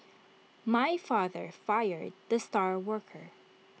my father fired the star worker